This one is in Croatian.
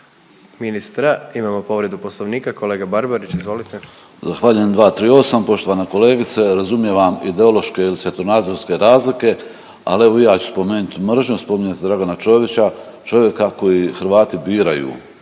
ministra imamo povredu Poslovnika, kolega Barbarić, izvolite. **Barbarić, Nevenko (HDZ)** Zahvaljujem. 238., poštovana kolegica razumijem vam ideološke ili svjetonazorske razloge, ali evo i ja ću spomenut mržnju, spominjete Dragana Čovića čovjeka koji Hrvati biraju,